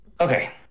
Okay